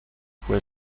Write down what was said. fue